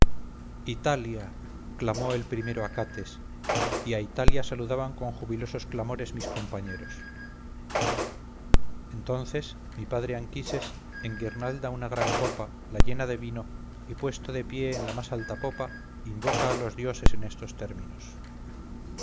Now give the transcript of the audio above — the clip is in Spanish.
italia clamó el primero acates y a italia saludan con jubilosos clamores mis compañeros entonces mi padre anquises enguirnalda una gran copa la llena de vino y puesto de pie en la más alta popa invoca a los dioses en estos términos